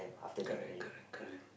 correct correct correct